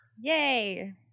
Yay